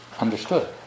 understood